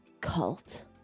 cult